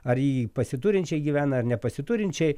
ar jį pasiturinčiai gyvena ar nepasiturinčiai